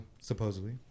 supposedly